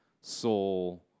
soul